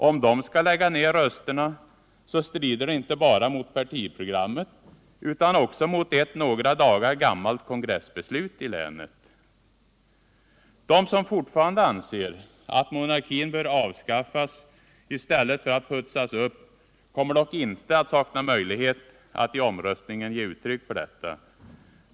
Om de skall lägga ned rösterna så strider det inte bara mot partiprogrammet utan också mot ett några dagar gammalt kongressbeslut i länet. De som fortfarande anser att monarkin bör avskaffas i stället för att putsas upp kommer dock inte att sakna möjlighet att i omröstningen ge uttryck för detta.